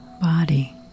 body